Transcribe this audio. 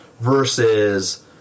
versus